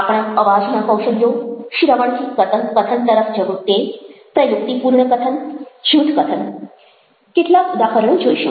આપણા અવાજના કૌશલ્યો શ્રવણથી કથન તરફ જવું તે પ્રયુક્તિપૂર્ણ કથન જૂથ કથન કેટલાક ઉદાહરણો જોઈશું